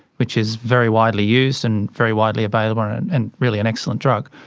which is very widely used and very widely available and and and really an excellent drug.